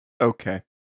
Okay